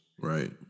Right